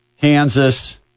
Kansas